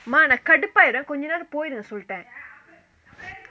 அம்மா நா கடுப்பாயிடுவ கொஞ்ச நேரோ போயிட்டு நா சொல்ட:amma naa kadupaayiduva konja nero poittu naa solta